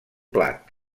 plat